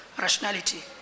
rationality